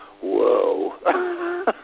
Whoa